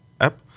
app